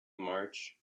march